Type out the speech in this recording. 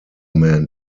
men